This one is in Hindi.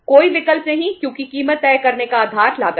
कोई विकल्प नहीं क्योंकि कीमत तय करने का आधार लागत है